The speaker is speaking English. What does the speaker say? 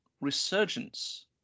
Resurgence